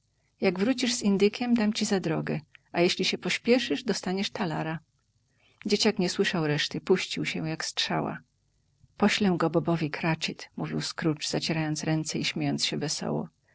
jak wrócisz z indykiem dam ci za drogę a jeśli się pospieszysz dostaniesz talara dzieciak nie słyszał reszty puścił się jak strzała poślę go bobowi cratchit mówił scrooge zacierając ręce i śmiejąc się wesoło